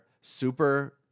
super